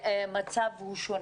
המצב הוא שונה.